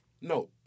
No